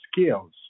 skills